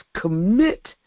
commit